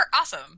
awesome